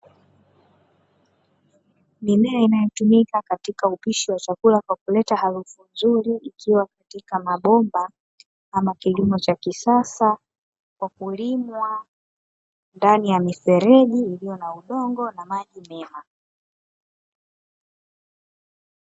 Mimea inayotumika katika upishi wa chakula kwa kuleta harufu nzuri, ikiwa katika mabomba ama kilimo cha kisasa kwa kulimwa ndani ya mifereji iliyo na udongo na maji mema